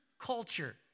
culture